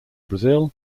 brazil